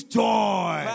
joy